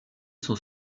sont